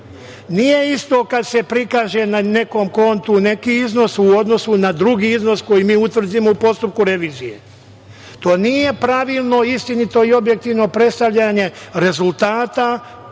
Nije isto kada se prikaže na nekom kontu neki iznos u odnosu na drugi iznos koji mi utvrdimo u postupku revizije. To nije pravilno, istinito i objektivno predstavljanje rezultata svih